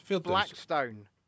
Blackstone